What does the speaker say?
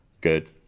Good